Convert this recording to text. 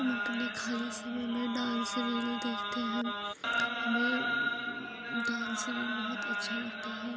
हम अपने खाली समय में डांस रील देखते हैं हमें डांस रील बहुत अच्छा लगता है